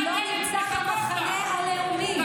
אתה לא נמצא במחנה הלאומי,